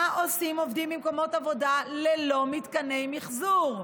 מה עושים עובדים במקומות עבודה ללא מתקני מחזור?